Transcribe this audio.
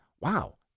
wow